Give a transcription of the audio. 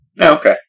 okay